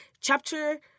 chapter